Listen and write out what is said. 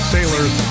Sailor's